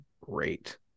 great